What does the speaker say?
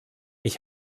ich